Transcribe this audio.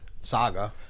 Saga